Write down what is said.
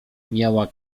miała